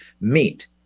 meet